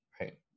Right